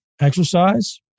exercise